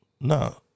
No